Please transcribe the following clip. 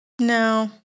No